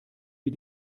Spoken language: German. wie